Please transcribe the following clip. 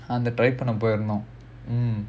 பண்ண போயிருந்தோம்:panna poyirunthom mm